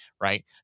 right